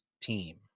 team